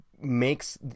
makes